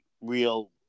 real